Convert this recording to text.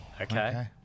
Okay